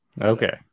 Okay